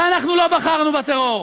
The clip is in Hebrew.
ואנחנו לא בחרנו בטרור.